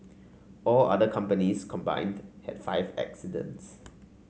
all other companies combined had five accidents